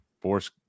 force